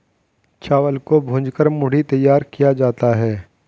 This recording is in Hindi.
चावल को भूंज कर मूढ़ी तैयार किया जाता है